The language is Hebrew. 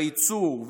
ייצור,